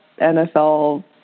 NFL